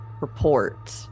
report